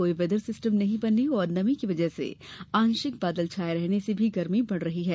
कोई weather system नहीं बनने और नमी की वजह से आंशिक बादल छाये रहने से भी गर्मी बढ़ रही है